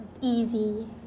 easy